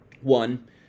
One